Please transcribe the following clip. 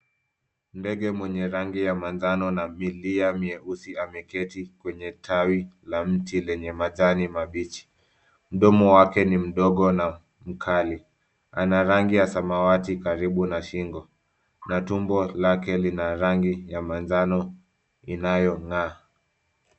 Ndege mwenye rangi ya manjano na milia mweusi ameketi kwenye tawi la mti lenye majani mabichi. Mdomo wake ni mdogo na mkali. Ana rangi ya samawati karibu na shingo na tumbo lake lina rangi ya manjano inayonga'aa.